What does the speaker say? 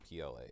PLA